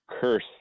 curse